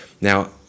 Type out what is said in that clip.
Now